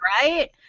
right